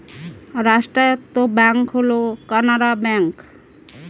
রাষ্ট্রায়ত্ত ব্যাঙ্ক হল কানাড়া ব্যাঙ্ক